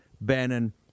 Bannon